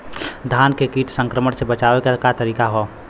धान के कीट संक्रमण से बचावे क का तरीका ह?